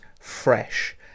fresh